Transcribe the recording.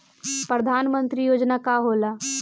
परधान मंतरी योजना का होला?